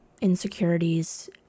insecurities